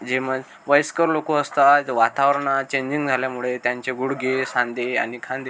जे मग वयस्कर लोकं असतात वातावरणात चेंजिन झाल्यामुळे त्यांचे गुडघे सांधे आणि खांदे